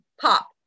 pop